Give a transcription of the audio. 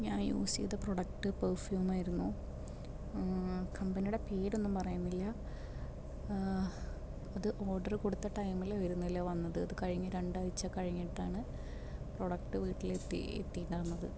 ഞാൻ യൂസ് ചെയ്ത പ്രൊഡക്റ്റ് പെർഫ്യൂമായിരുന്നു കമ്പനിയുടെ പേരൊന്നും പറയുന്നില്ല അത് ഓർഡർ കൊടുത്ത ടൈമില് വരുന്നില്ല വന്നത് അത് കഴിഞ്ഞ് രണ്ടാഴ്ച കഴിഞ്ഞിട്ടാണ് പ്രൊഡക്റ്റ് വീട്ടില് എത്തി എത്തിയിട്ടുണ്ടായിരുന്നു